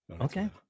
Okay